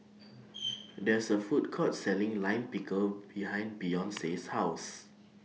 There IS A Food Court Selling Lime Pickle behind Beyonce's House